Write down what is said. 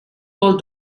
all